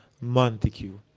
montague